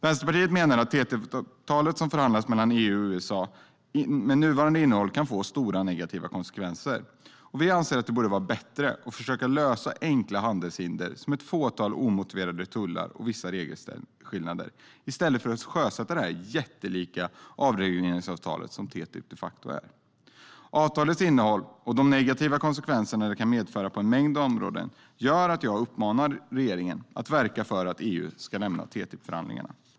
Vänsterpartiet menar att TTIP-avtalet som förhandlas mellan EU och USA med nuvarande innehåll kan få stora negativa konsekvenser. Vi anser att det vore bättre att försöka lösa de enkla handelshinder som finns, som ett fåtal omotiverade tullar och vissa regelskillnader, i stället för att sjösätta det jättelika avregleringsavtal som TTIP de facto är. Avtalets innehåll och de negativa effekter det kan medföra på en mängd områden gör att jag uppmanar regeringen att verka för att EU ska lämna TTIP-förhandlingarna.